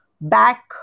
back